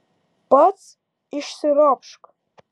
pats išsiropšk